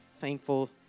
thankful